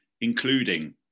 including